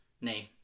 name